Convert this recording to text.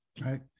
Right